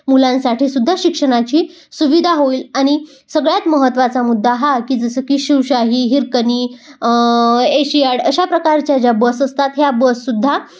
मुलांसाठीसुद्धा शिक्षणाची सुविधा होईल आणि सगळ्यात महत्त्वाचा मुद्दा हा की जसं की शिवशाही हिरकणी एशियाड अशा प्रकारच्या ज्या बस असतात ह्या बससुद्धा